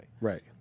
Right